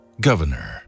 governor